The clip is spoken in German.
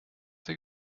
der